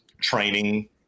training